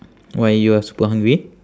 why you are super hungry